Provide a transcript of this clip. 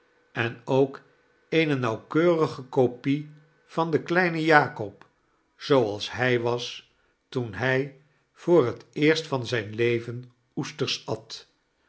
en ook eene nauwkeurige kopie van den kleinen jakob zooals hij was toen hij voor het eerst van zijn leven oesters at